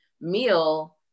meal